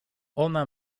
ona